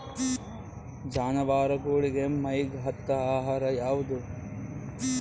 ಜಾನವಾರಗೊಳಿಗಿ ಮೈಗ್ ಹತ್ತ ಆಹಾರ ಯಾವುದು?